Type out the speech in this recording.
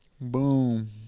Boom